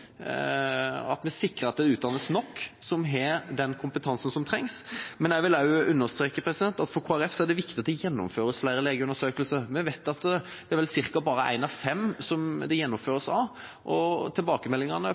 at vi sikrer at det utdannes nok leger som har den kompetansen som trengs. Men jeg vil også understreke at for Kristelig Folkeparti er det viktig at det gjennomføres flere legeundersøkelser. Vi vet at det bare gjennomføres for ca. én av fem, og tilbakemeldingene fra barnehusene spesielt er at når det